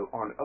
on